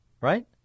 Right